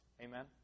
Amen